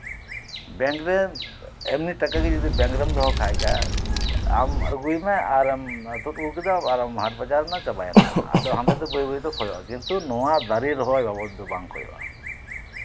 ᱵᱮᱝᱠᱨᱮ ᱮᱢᱱᱤ ᱴᱟᱠᱟ ᱜᱮ ᱡᱚᱫᱤ ᱵᱮᱝᱠ ᱨᱮᱢ ᱫᱚᱦᱚ ᱠᱟᱜ ᱠᱷᱟᱡ ᱟᱢ ᱟᱹᱜᱩᱭ ᱢᱮ ᱟᱨ ᱛᱩᱫ ᱟᱹᱜᱩ ᱠᱮᱫᱟ ᱟᱨᱮᱢ ᱦᱟᱴ ᱵᱟᱡᱟᱨᱱᱟ ᱪᱟᱵᱟ ᱭᱮᱱᱟ ᱟᱫᱚ ᱵᱟᱹᱭ ᱵᱟᱹᱭᱛᱮ ᱠᱷᱚᱭᱚᱜᱼᱟ ᱟᱫᱚ ᱱᱚᱣᱟ ᱫᱟᱨᱮ ᱨᱚᱦᱚᱭ ᱦᱚᱸ ᱟᱡ ᱛᱮᱫᱚ ᱵᱟᱝ ᱠᱷᱚᱭᱚᱜᱼᱟ